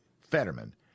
Fetterman